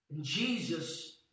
Jesus